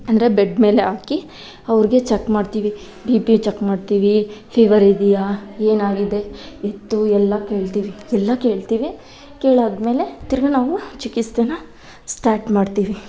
ಅಂದರೆ ಬೆಡ್ ಮೇಲೆ ಹಾಕಿ ಅವ್ರಿಗೆ ಚೆಕ್ ಮಾಡ್ತೀವಿ ಬಿ ಪಿ ಚೆಕ್ ಮಾಡ್ತೀವಿ ಫಿವರ್ ಇದೆಯಾ ಏನಾಗಿದೆ ಎತ್ತು ಎಲ್ಲ ಕೇಳ್ತೀವಿ ಎಲ್ಲ ಕೇಳ್ತೀವಿ ಕೇಳಾದ್ಮೇಲೆ ತಿರ್ಗ ನಾವು ಚಿಕಿತ್ಸೆನ ಸ್ಟಾರ್ಟ್ ಮಾಡ್ತೀವಿ